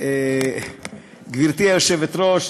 גברתי היושבת-ראש,